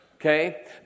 Okay